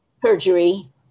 perjury